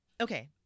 okay